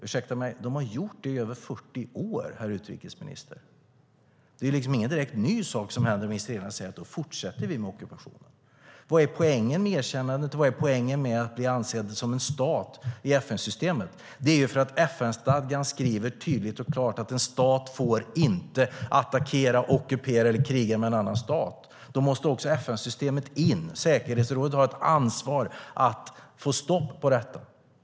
Ursäkta mig, de har gjort det i över 40 år, herr utrikesminister. Det är liksom ingen direkt ny sak om israelerna säger att då fortsätter de med ockupationen. Vad är poängen med erkännandet, och vad är poängen med att bli ansedd som en stat i FN-systemet? FN-stadgan skriver tydligt och klart att en stat inte får attackera, ockupera eller kriga med en annan stat. Då måste FN-systemet in. Säkerhetsrådet har ett ansvar att få stopp på detta.